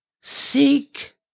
seek